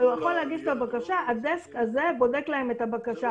הוא יכול להגיש את הבקשה והדסק הזה בודק את הבקשה.